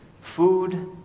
food